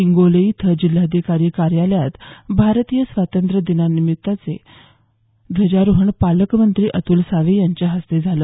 हिंगोली इथं जिल्हाधिकारी कार्यालयात भारतीय स्वातंत्र्य दिनानिमित्तचे ध्वजारोहण पालकमंत्री अतुल सावे यांच्या हस्ते झालं